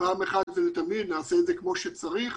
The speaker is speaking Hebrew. פעם אחת ולתמיד נעשה את זה כמו שצריך